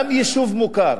גם יישוב מוכר,